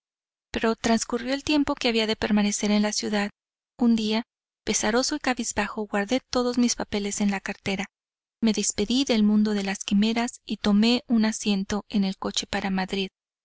pero transcurrió el tiempo que había de permanecer en la ciudad un día pesaroso y cabizbajo guardé todos mis papeles en la cartera me despedí del mundo de las quimeras y tomé un asiento en el coche para madrid